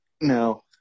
No